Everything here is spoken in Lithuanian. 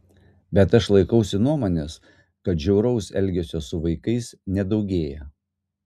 bet aš laikausi nuomonės kad žiauraus elgesio su vaikais nedaugėja